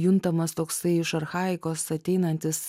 juntamas toksai iš archaikos ateinantis